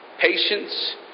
patience